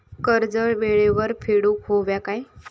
कर्ज येळेवर फेडूक होया काय?